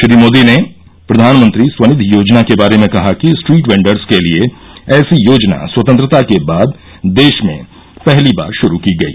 श्री मोदी ने प्रधानमंत्री स्वनिधि योजना के बारे में कहा कि स्ट्रीट वेंडर्स के लिए ऐसी योजना स्वतंत्रता के बाद देश में पहली बार शुरू की गई